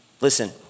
Listen